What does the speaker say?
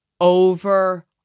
over